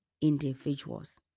individuals